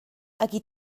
aquí